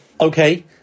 Okay